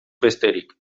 besterik